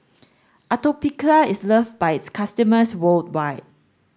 Atopiclair is love by its customers worldwide